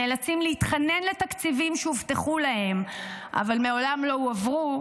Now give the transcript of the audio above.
נאלצים להתחנן לתקציבים שהובטחו להם אבל מעולם לא הועברו,